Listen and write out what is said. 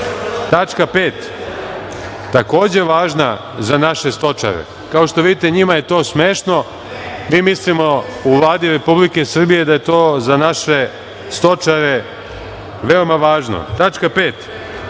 grlu. Tačka 5. takođe važna za naše stočare. Kao što vidite njima je to smešno. Mi mislimo u Vladi Republike Srbije da je to za naše stočare veoma važno. Da će